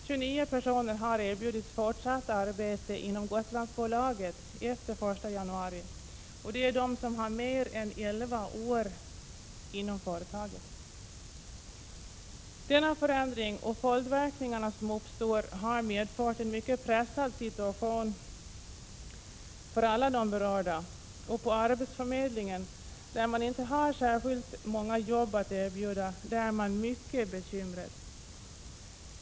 29 personer har erbjudits fortsatt arbete inom Gotlandsbolaget efter 1 januari och det är de som har arbetat mer än elva år inom företaget. Denna förändring och följdverkningarna som uppstår har medfört en mycket pressad situation för alla de berörda, och på arbetsförmedlingen, där man inte har särskilt många jobb att erbjuda, är man mycket bekymrad.